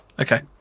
Okay